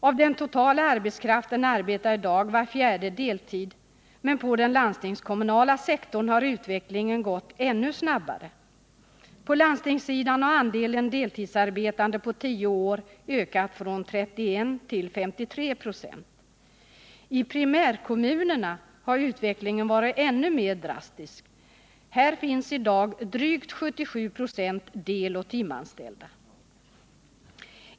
Av den totala arbetskraften arbetar i dag var fjärde deltid, men inom den landstingskommunala sektorn har utvecklingen gått ännu snabbare. På landstingssidan har andelen deltidsarbetande på tio år ökat från 31 till 5396. I primärkommunerna har utvecklingen varit än mer drastisk. Där finns i dag drygt 77 26 deltidsoch timanställda.